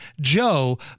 Joe